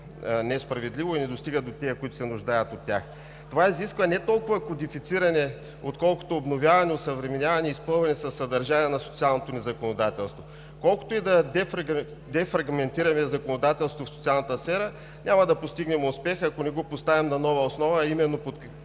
несправедливо и не достигат до тези, които се нуждаят от тях. Това изисква не толкова кодифициране, колкото обновяване, осъвременяване и изпълване със съдържание на социалното ни законодателство. Колкото и да дефрагментираме законодателството в социалната сфера, няма да постигнем успех, ако не го поставим на нова основа,